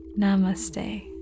Namaste